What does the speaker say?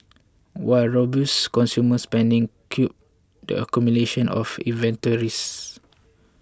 while robust consumer spending curbed the accumulation of inventories